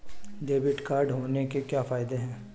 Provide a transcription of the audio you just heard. Debit card होने के क्या फायदे हैं?